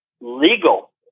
legal